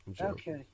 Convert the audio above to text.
Okay